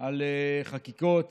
על חקיקות